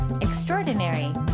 extraordinary